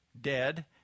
dead